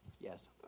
Yes